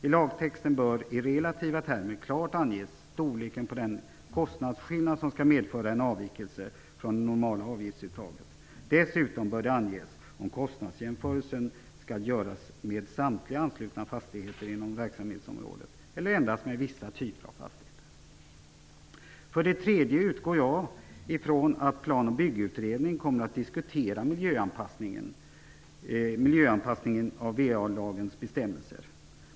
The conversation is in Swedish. I lagtexten bör i relativa termer klart anges storleken på den kostnadsskillnad som skall medföra en avvikelse från det normala avgiftsuttaget. Dessutom bör det anges om kostnadsjämförelsen skall göras med samtliga anslutna fastigheter inom verksamhetsområdet eller endast med vissa typer av fastigheter. För det tredje utgår jag från att Plan och byggutredningen kommer att diskutera miljöanpassningen av VA-lagens bestämmelser.